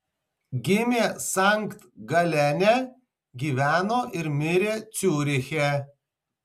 gimė sankt galene gyveno ir mirė ciuriche